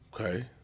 Okay